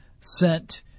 sent